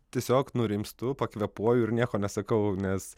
tiesiog nurimstu pakvėpuoju ir nieko nesakau nes